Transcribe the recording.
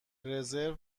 رزرو